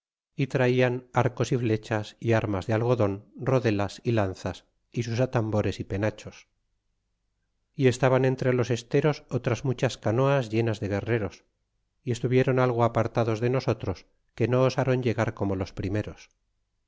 y train arcos y flechas y armas de algodon rodelas y lanzas y sus atambores y penachos y estaban entre los esteros otras muchas canoas llenas de guerreros y estuvieron algo apartados de nosotros que no osron llegar como los primeros